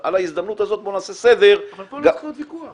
על ההזדמנות הזאת בוא נעשה סדר --- אבל פה לא צריך להיות ויכוח.